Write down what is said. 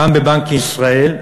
גם בבנק ישראל,